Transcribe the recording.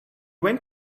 went